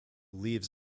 leaves